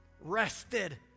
rested